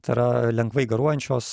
tai yra lengvai garuojančios